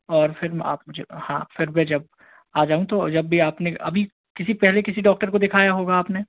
और फिर म आप मुझे हाँ फिर मैं जब आ जाऊँ तो जब भी आपने अभी किसी पहले किसी डॉक्टर को दिखाया होगा आपने